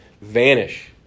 vanish